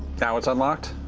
now it's unlocked?